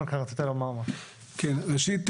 ראשית,